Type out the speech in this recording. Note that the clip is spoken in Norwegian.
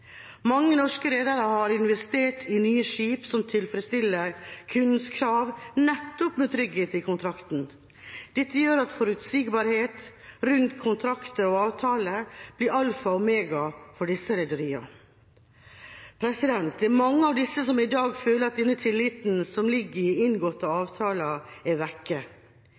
Mange norske redere har investert i nye skip som tilfredsstiller kundens krav nettopp med trygghet i kontrakten. Dette gjør at forutsigbarhet rundt kontrakter og avtaler blir alfa og omega for disse rederiene. Det er mange av disse som i dag føler at denne tilliten som ligger i inngåtte avtaler, er vekk.